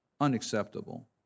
Unacceptable